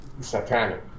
satanic